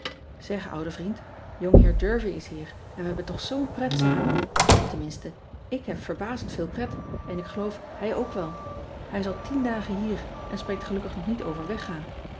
eg oude vriend ongeheer ervie is hier en we hebben toch zoo n pret samen enminste ik heb verbazend veel pret en ik geloof hij ook wel ij is al tien dagen hier en spreekt gelukkig nog niet over weggaan